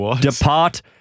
Depart